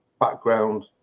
background